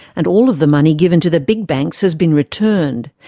and all of the money given to the big banks has been returned.